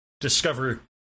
discover